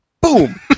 Boom